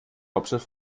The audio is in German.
hauptstadt